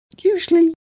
usually